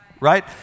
right